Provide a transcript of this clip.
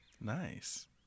Nice